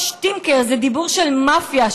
"שטינקר" זה דיבור של מאפיה,